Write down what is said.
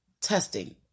testing